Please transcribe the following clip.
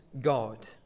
God